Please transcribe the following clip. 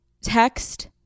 text